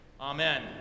Amen